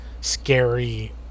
scary